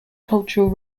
cultural